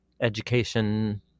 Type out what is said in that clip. education